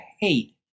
hate